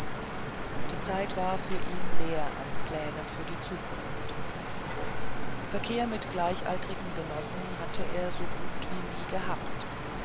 die zeit war für ihn leer an plänen für die zukunft verkehr mit gleichaltrigen genossen hatte er so gut wie nie gehabt